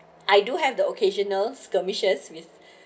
I do have the occasional skirmishes with